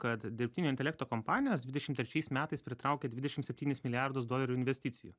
kad dirbtinio intelekto kompanijos dvidešim trečiais metais pritraukė dvidešim septynis milijardus dolerių investicijų